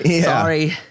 Sorry